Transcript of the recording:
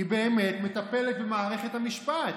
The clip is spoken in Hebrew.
היא באמת מטפלת במערכת המשפט.